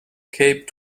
cape